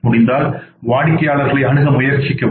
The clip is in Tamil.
முடிந்தால் வாடிக்கையாளர்களை அணுக முயற்சிக்கவும்